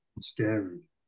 scary